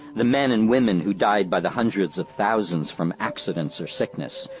the men and women who died by the hundreds of thousands from accidents or sickness,